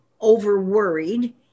overworried